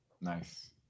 Nice